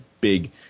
big